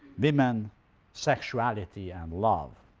women, sexuality and love.